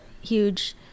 huge